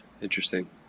Interesting